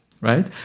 right